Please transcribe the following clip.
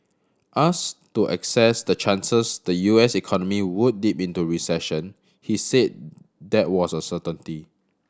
asked to assess the chances the U S economy would dip into a recession he said that was a certainty